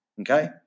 okay